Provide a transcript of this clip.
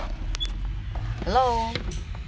hello